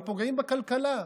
הם פוגעים בכלכלה.